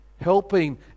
helping